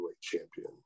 Champion